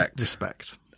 respect